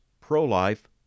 Pro-Life